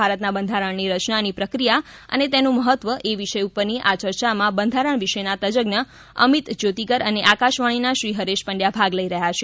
ભારતના બંધારણની રચનાની પ્રક્રિયા અને તેનું મહત્વ એ વિષય ઉપરની આ ચર્ચામાં બંધારણ વિશેના તજજ્ઞ અમિત જ્યોતિકર અને આકાશવાણીના શ્રી હરેશ પંડચા ભાગ લઇ રહ્યા છે